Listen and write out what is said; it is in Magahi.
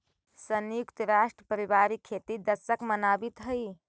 संयुक्त राष्ट्र पारिवारिक खेती दशक मनावित हइ